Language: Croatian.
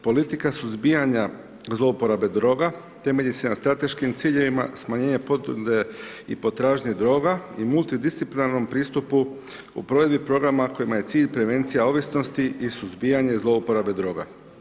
Politika suzbijanja zlouporabe droga temelji se na strateškim ciljevima, smanjenje potrebe i potražnje droga i multidisciplinarnom pristupu u provedbi programa kojima je cilj prevencija ovisnosti i suzbijanje zlouporabe droga.